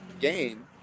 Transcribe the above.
game